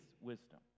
wisdom